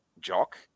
Jock